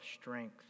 strength